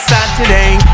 Saturday